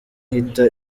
ihita